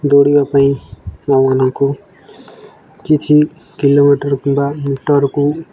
ଦୌଡ଼ିବା ପାଇଁ ଆମମାନଙ୍କୁ କିଛି କିଲୋମିଟର୍ କିମ୍ବା ମିଟର୍କୁ